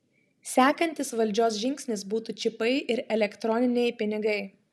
sekantis valdžios žingsnis būtų čipai ir elektroniniai pinigai